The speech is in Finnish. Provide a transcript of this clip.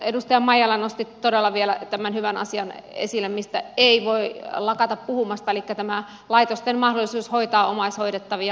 edustaja maijala nosti todella vielä tämän hyvän asian esille mistä ei voi lakata puhumasta elikkä tämän laitosten mahdollisuuden hoitaa omaishoidettavia